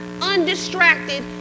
undistracted